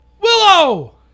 Willow